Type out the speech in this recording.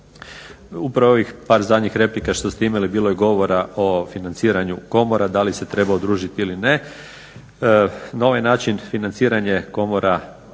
Upravo ovih par zadnjih replika što ste imali bilo je govora o financiranju komora, da li se treba udružiti ili ne. Na ovaj način financiranje komora